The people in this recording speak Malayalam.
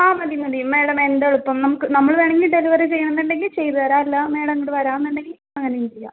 ആ മതി മതി മേഡം എന്തെളുപ്പം നമുക്ക് നമ്മൾ വേണെങ്കിൽ ഡെലിവറി ചെയ്യണോന്നുണ്ടെങ്കിൽ ചെയ്ത് തരാം അല്ല മേഡം ഇങ്ങട് വരാന്നുണ്ടെങ്കിൽ അങ്ങനേം ചെയ്യാം